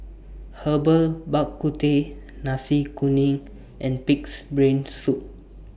Herbal Bak Ku Teh Nasi Kuning and Pig'S Brain Soup